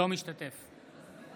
אינו משתתף בהצבעה